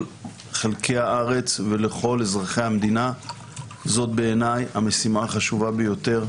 חלקי הארץ ולכל אזרחי המדינה זו בעיניי המשימה החשובה ביותר,